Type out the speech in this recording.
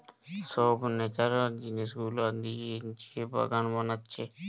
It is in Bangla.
সব ন্যাচারাল জিনিস গুলা দিয়ে যে বাগান বানাচ্ছে